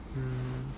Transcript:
mm